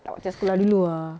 tak macam sekolah dulu ah